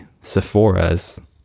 Sephora's